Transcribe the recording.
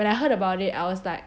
when I heard about it I was like